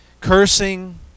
cursing